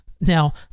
Now